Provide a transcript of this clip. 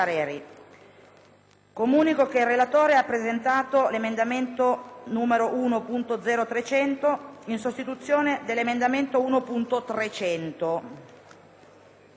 Comunico che il relatore ha presentato l'emendamento 1.0.300, in sostituzione dell'emendamento 1.300